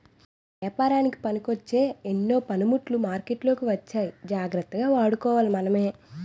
ఏపారానికి పనికొచ్చే ఎన్నో పనిముట్లు మార్కెట్లోకి వచ్చాయి జాగ్రత్తగా వాడుకోవాలి మనమే